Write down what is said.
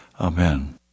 Amen